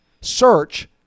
Search